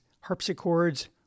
harpsichords